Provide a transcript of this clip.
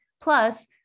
Plus